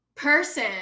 person